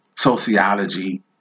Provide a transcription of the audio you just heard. sociology